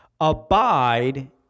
Abide